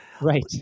Right